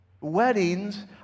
Weddings